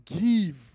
give